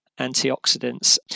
antioxidants